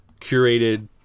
curated